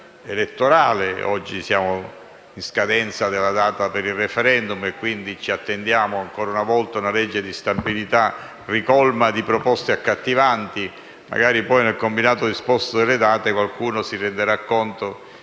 Oggi siamo in scadenza della data referendaria e, quindi, ci attendiamo, ancora una volta, una legge di stabilità ricolma di proposte accattivanti. Magari poi, nel combinato disposto delle date, qualcuno si renderà conto